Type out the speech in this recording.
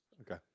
Okay